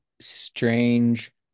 strange